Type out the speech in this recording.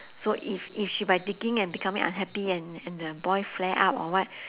so if if she by digging and becoming unhappy and and the boy flare up or what